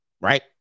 right